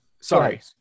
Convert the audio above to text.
sorry